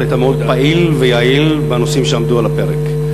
היית מאוד פעיל ויעיל בנושאים שעמדו על הפרק,